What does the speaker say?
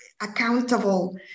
accountable